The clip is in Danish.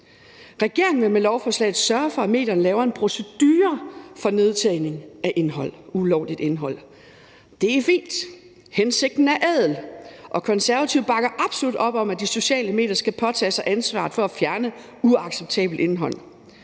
Regeringen vil med lovforslaget sørge for, at medierne laver en procedure for nedtagning af ulovligt indhold. Det er fint, hensigten er ædel, og Konservative bakker absolut op om, at de sociale medier skal påtage sig ansvaret for at fjerne uacceptabelt indhold.